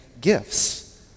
gifts